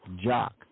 Jock